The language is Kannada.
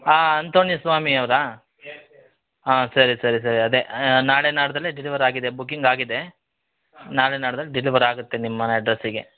ಹಾಂ ಅಂತೋನಿ ಸ್ವಾಮಿ ಅವರಾ ಹಾಂ ಸರಿ ಸರಿ ಸರಿ ಅದೆ ನಾಳೆ ನಾಡ್ದಲ್ಲಿ ಡೆಲಿವರ್ ಆಗಿದೆ ಬುಕ್ಕಿಂಗ್ ಆಗಿದೆ ನಾಳೆ ನಾಡ್ದಲ್ಲಿ ಡೆಲಿವರ್ ಆಗುತ್ತೆ ನಿಮ್ಮನೆ ಅಡ್ರಸ್ಸಿಗೆ